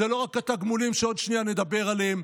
זה לא רק התגמולים שעוד שנייה נדבר עליהם,